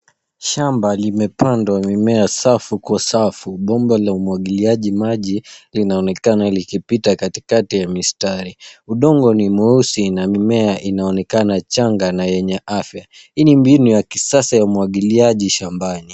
Shamba limepandwa mimea safu kwa safu. Bomba la umwagiliaji maji linaonekana likipita katikati ya mistari. Udongo ni mweusi na mimea inaonekana changa na yenye afya. Hii ni mbinu ya kisasa ya umwagiliaji shambani.